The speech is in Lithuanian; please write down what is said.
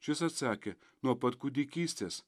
šis atsakė nuo pat kūdikystės